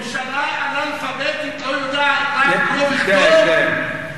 ממשלה אנאלפביתית, לא יודעת קרוא וכתוב?